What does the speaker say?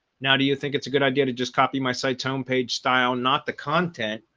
now, do you think it's a good idea to just copy my site tone page style? not the content,